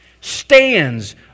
stands